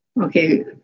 okay